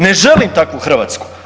Ne želim takvu Hrvatsku.